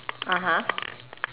(uh huh)